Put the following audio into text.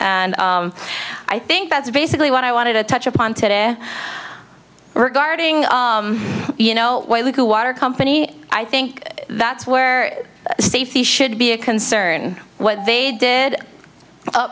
and i think that's basically what i wanted to touch upon today regarding you know a little water company i think that's where safety should be a concern what they did u